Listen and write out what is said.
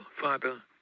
Father